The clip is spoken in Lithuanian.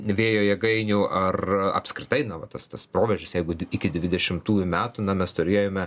vėjo jėgainių ar apskritai na va tas tas proveržis jeigu iki di dvidešimtųjų metų na mes turėjome